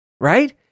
Right